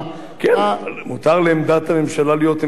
אבל מותר לעמדת הממשלה להיות עמדה ציונית,